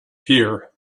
here